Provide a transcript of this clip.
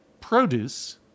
produce